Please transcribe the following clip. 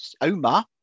Omar